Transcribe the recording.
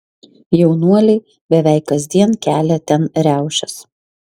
jaunuoliai beveik kasdien kelia ten riaušes